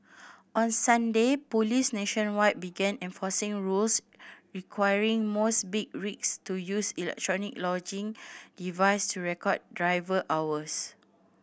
on Sunday police nationwide began enforcing rules requiring most big rigs to use electronic logging devices to record driver hours